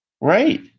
Right